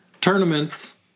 tournaments